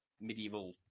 medieval